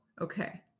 okay